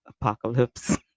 apocalypse